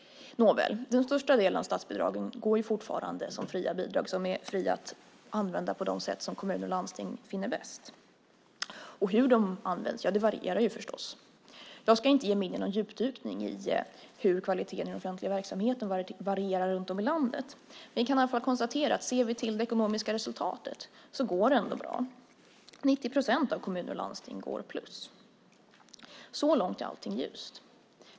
Nåväl, den största delen av statsbidragen går fortfarande som fria bidrag att användas på de sätt som kommuner och landsting finner bäst. Hur de används varierar förstås. Jag ska inte ge mig in i någon djupdykning i hur kvaliteten i den offentliga verksamheten varierar runt om i landet men kan i alla fall konstatera att om vi ser till det ekonomiska resultatet går det ändå bra. 90 procent av kommuner och landsting går plus. Så långt är allting ljust.